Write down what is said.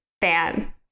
fan